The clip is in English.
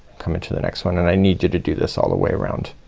come into the next one and i need you to do this all the way around.